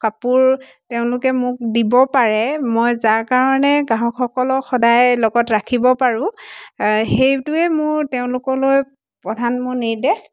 কাপোৰ তেওঁলোকে মোক দিব পাৰে মই যাৰ কাৰণে গ্ৰাহকসকলক সদায় লগত ৰাখিব পাৰোঁ সেইটোৱে মোৰ তেওঁলোকলৈ প্ৰধান মোৰ নিৰ্দেশ